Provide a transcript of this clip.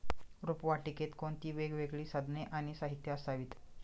रोपवाटिकेत कोणती वेगवेगळी साधने आणि साहित्य असावीत?